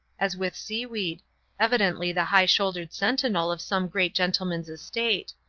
as with seaweed evidently the high-shouldered sentinel of some great gentleman's estate.